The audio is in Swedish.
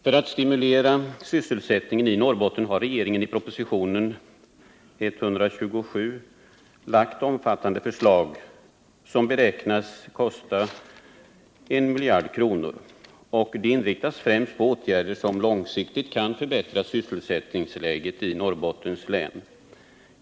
För att stimulera sysselsättningen i Norrbotten har regeringen i propositionen 127 lagt fram omfattande förslag, som beräknas kosta I miljard kronor. Förslagen inriktas främst på åtgärder som långsiktigt kan förbättra sysselsättningsläget i Norrbottens län.